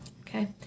Okay